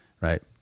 Right